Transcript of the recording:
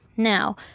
Now